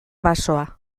basoa